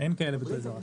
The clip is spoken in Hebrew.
אין כאלה ב-ToysRUs.